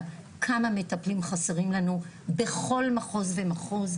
כמה מטפלים חסרים לנו בכל מחוז ומחוז,